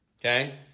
Okay